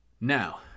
now